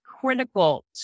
critical